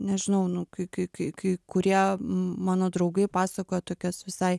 nežinau nu kai kai kai kai kurie mano draugai pasakojo tokias visai